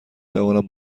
توانم